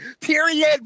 Period